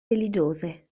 religiose